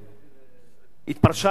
התפרשה,